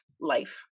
life